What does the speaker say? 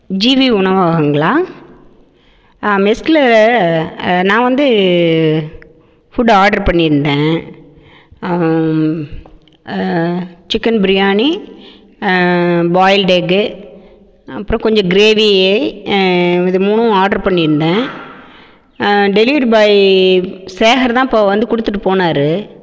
ஜீவி உணவகங்களா ஆ மெஸ்ல நான் வந்து ஃபுட்டு ஆட்ரு பண்ணியிருந்தேன் சிக்கன் பிரியாணி பாயில்டு எக்கு அப்புறோம் கொஞ்சம் க்ரேவியி இது மூணும் ஆட்ரு பண்ணியிருந்தேன் ஆ டெலிவரி பாய் சேகர் தான் இப்போ வந்து கொடுத்துட்டு போனார்